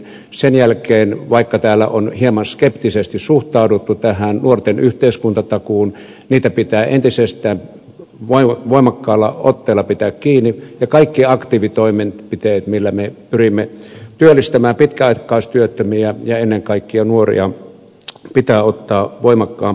sen jälkeen vaikka täällä on hieman skeptisesti suhtauduttu tähän nuorten yhteiskuntatakuuseen niistä pitää entisestään voimakkaalla otteella pitää kiinni ja kaikki aktiivitoimenpiteet millä me pyrimme työllistämään pitkäaikaistyöttömiä ja ennen kaikkea nuoria pitää ottaa voimakkaampaan käyttöön